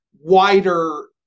wider